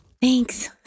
Thanks